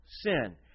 sin